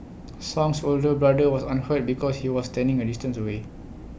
song's older brother was unhurt because he was standing A distance away